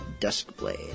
Duskblade